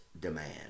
demand